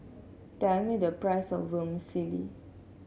tell me the price of Vermicelli